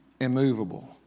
immovable